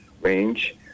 range